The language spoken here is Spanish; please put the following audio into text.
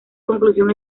conclusión